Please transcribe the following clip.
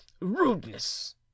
rudeness